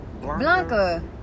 Blanca